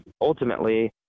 ultimately